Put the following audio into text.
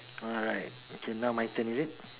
alright okay now my turn is it